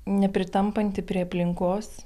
nepritampanti prie aplinkos